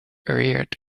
reared